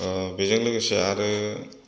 बेजों लोगोसे आरो